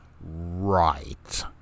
right